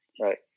right